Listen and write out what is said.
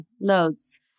loads